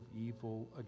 evil